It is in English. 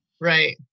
Right